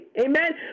Amen